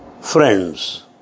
friends